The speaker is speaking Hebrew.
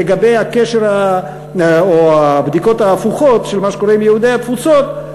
לגבי הקשר או הבדיקות ההפוכות של מה שקורה עם יהודי התפוצות: